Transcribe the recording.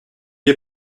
est